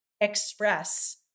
express